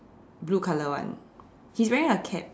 blue colour one he's wearing a cap